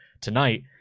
tonight